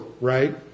right